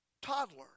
toddler